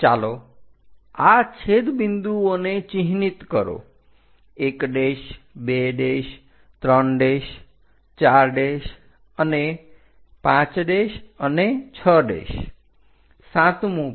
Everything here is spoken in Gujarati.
ચાલો આ છેદબિંદુઓને ચિહ્નિત કરો 1234 અને 5 અને 6 સાતમુ પણ